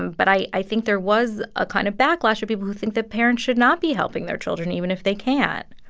and but i i think there was a kind of backlash of people who think that parents should not be helping their children even if they can